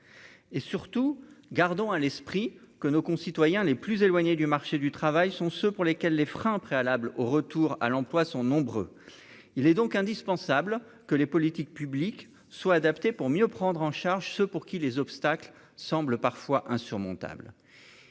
et surtout gardons à l'esprit que nos concitoyens les plus éloignées du marché du travail sont ceux pour lesquels les freins préalable au retour à l'emploi sont nombreux, il est donc indispensable que les politiques publiques soient adaptée pour mieux prendre en charge ceux pour qui les obstacles semblent parfois insurmontable,